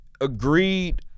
agreed